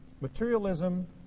Materialism